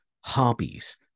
hobbies